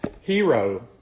hero